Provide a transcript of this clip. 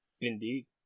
Indeed